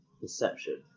perception